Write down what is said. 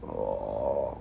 orh